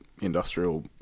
industrial